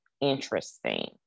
interesting